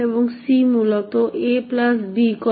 এবং c মূলত a b করে